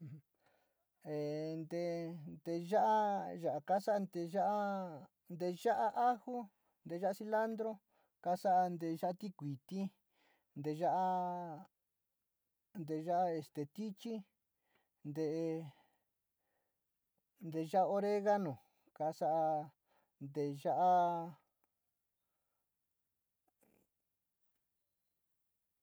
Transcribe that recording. E nte nteya´a ya´a kasa´a nteyoo, nteyaa aju, nteyaa cilantro, kasa´a nte yaa tikuiti, nteyaa, nteyaa tichi te´e, nteya´a oregano, kasaa nteya´a.